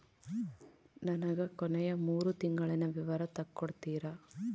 ನನಗ ಕೊನೆಯ ಮೂರು ತಿಂಗಳಿನ ವಿವರ ತಕ್ಕೊಡ್ತೇರಾ?